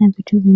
na vitu vingine.